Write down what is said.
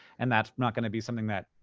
and that's not gonna be something that,